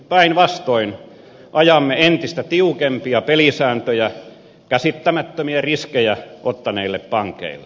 päinvastoin ajamme entistä tiukempia pelisääntöjä käsittämättömiä riskejä ottaneille pankeille